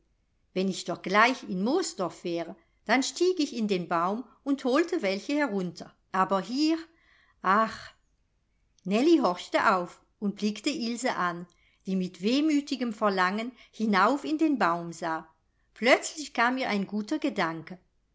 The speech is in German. wenn ich doch gleich in moosdorf wäre dann stieg ich in den baum und holte welche herunter aber hier ach nellie horchte auf und blickte ilse an die mit wehmütigem verlangen hinauf in den baum sah plötzlich kam ihr ein guter gedanke